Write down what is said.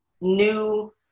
new